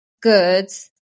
goods